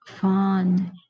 fun